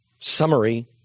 Summary